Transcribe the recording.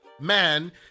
man